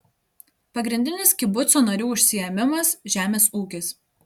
pagrindinis kibuco narių užsiėmimas žemės ūkis